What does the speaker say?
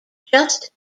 just